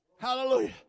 Hallelujah